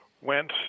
went